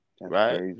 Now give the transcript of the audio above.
Right